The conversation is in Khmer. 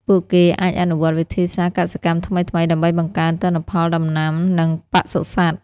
ពួកគេអាចអនុវត្តវិធីសាស្រ្តកសិកម្មថ្មីៗដើម្បីបង្កើនទិន្នផលដំណាំនិងបសុសត្វ។